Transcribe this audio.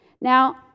Now